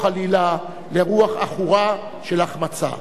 חלילה, לרוח עכורה של החמצה.